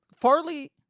Farley